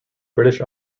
british